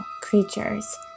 creatures